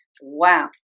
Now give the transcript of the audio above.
wow